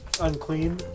Unclean